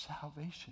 salvation